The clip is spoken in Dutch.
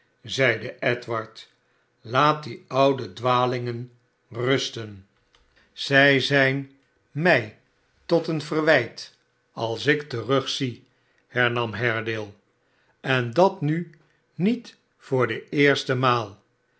edward laat die oude dwalingen rusten zij zijn mij tot verwijt als ik terugzie hernam haredale sen dat bu niet voor de eerste maal